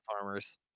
farmers